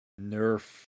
Nerf